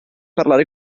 parlare